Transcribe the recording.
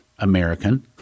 American